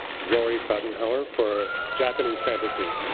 rory pfotenhauer for japanese fantasies.